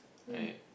right